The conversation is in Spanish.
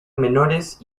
menores